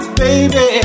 baby